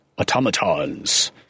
automatons